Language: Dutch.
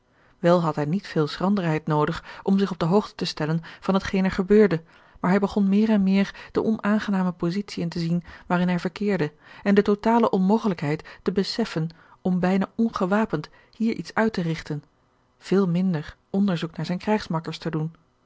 wel had hij niet veel schranderheid noodig om zich op de hoogte te stellen van hetgeen er gebeurde maar hij begon meer en meer de onaangename positie in te zien waarin hij verkeerde george een ongeluksvogel en de totale onmogelijkheid te beseffen om bijna ongewapend hier iets uit te rigten veel minder onderzoek naar zijne krijgsmakkers te doen